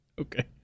Okay